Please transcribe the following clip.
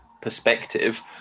perspective